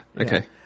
Okay